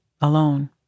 alone